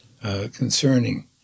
concerning